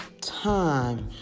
time